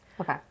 Okay